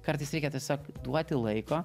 kartais reikia tiesiog duoti laiko